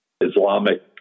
Islamic